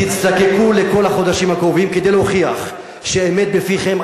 תזדקקו לכל החודשים הקרובים כדי להוכיח שאמת בפיכם.